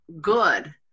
good